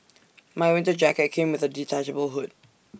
my winter jacket came with A detachable hood